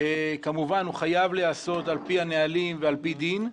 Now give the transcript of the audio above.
כמובן הוא חייב להיעשות על פי הנהלים ועל פי דין,